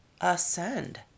ascend